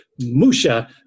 Musha